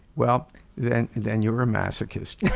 well then then you're a masochist.